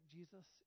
Jesus